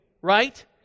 right